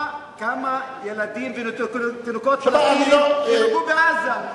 כמה ילדים ותינוקות שלכם נהרגו בעזה?